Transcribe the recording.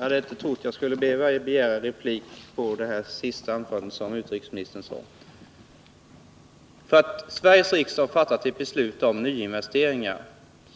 Herr talman! Jag hade inte trott att jag skulle behöva begära replik på utrikesministerns senaste anförande. Att Sveriges riksdag fattat ett beslut om att stoppa nyinvesteringar